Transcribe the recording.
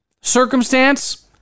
Circumstance